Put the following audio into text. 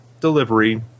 delivery